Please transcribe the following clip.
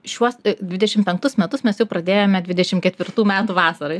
šiuos dvidešimt penktus metus mes jau pradėjome dvidešimt ketvirtų metų vasarą